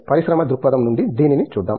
పరిశ్రమ దృక్పథం నుండి దీనిని చూద్దాం